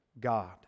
God